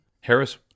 Harris